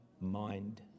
mind